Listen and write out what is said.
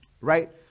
right